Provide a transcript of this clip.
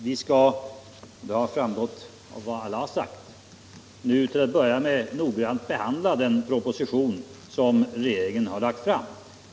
Vi skall — det har framgått av vad alla har sagt — nu till att börja med noggrant behandla den proposition som regeringen har lagt fram.